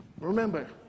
Remember